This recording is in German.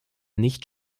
nicht